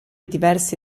diversi